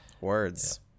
Words